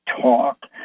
talk